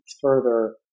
further